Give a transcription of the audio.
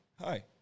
hi